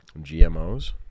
GMOs